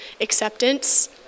acceptance